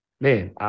man